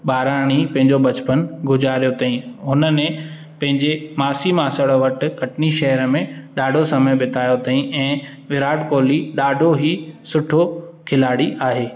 ॿाराणी पंहिंजो बचपन गुज़ारियो ताईं उन्हनि पंहिंजे मासी मासण वटि कटनी शहर में ॾाढो समय बितायो ताईं ऐं विराट कोहली ॾाढो ई सुठो खिलाड़ी आहे